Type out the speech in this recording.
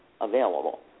available